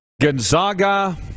Gonzaga